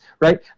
right